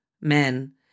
men